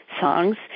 songs